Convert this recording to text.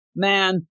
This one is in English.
Man